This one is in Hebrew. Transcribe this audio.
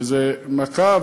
וזו מכה.